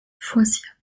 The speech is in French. foissiat